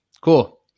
Cool